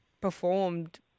performed